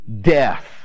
death